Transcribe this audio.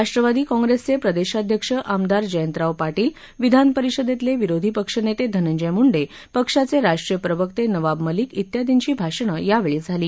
राष्ट्रवादी काँग्रेसचे प्रदेशाध्यक्ष आमदार जयंतराव पाटील विधानपरिषदेतले विरोधी पक्षनेते धनंजय मुंडे पक्षाचे राष्ट्रीय प्रवक्ते नवाब मलिक इत्यादींची भाषणं यावेळी झाली